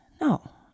No